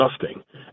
disgusting